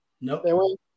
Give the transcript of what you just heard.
Nope